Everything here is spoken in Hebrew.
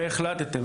והחלטתם,